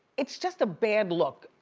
it's just a bad look.